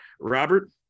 Robert